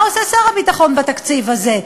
מה עושה שר הביטחון בתקציב הזה?